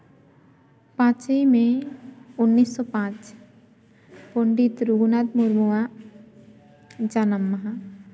ᱯᱟᱸᱪᱮᱭ ᱢᱮ ᱩᱱᱤᱥᱥᱚ ᱯᱟᱸᱪ ᱯᱚᱸᱰᱤᱛ ᱨᱟᱹᱜᱷᱩᱱᱟᱛᱷ ᱢᱩᱨᱢᱩᱣᱟᱜ ᱡᱟᱱᱟᱢ ᱢᱟᱦᱟ